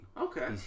Okay